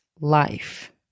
life